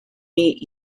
meet